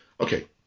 okay